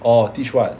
orh teach what